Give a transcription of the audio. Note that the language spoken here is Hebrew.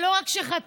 שלא רק שחתם,